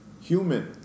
Human